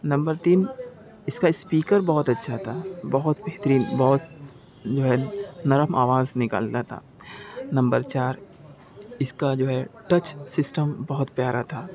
number تین اس کا اسپیکر بہت اچھا تھا بہت بہترین بہت جو ہے نرم آواز نکالتا تھا نمبر چار اس کا جو ہے ٹچ سسٹم بہت پیارا تھا